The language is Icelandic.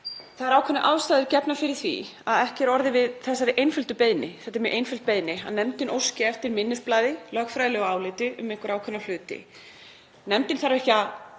Það eru ákveðnar ástæður gefnar fyrir því að ekki sé orðið við þessari einföldu beiðni. Þetta er mjög einföld beiðni; nefndin óskar eftir minnisblaði, lögfræðilegu áliti um einhverja ákveðna hluti. Nefndin þarf ekki að